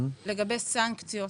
לגבי סנקציות,